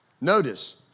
Notice